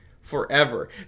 forever